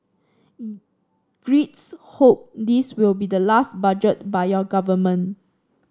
Greeks hope this will be the last budget by your government